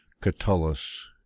Catullus